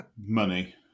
Money